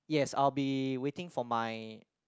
yes I'll be waiting for my